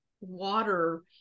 water